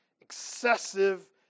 Excessive